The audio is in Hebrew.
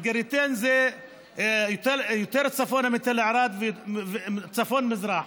אל-גריטן זה יותר צפונה מתל ערד, צפון-מזרח.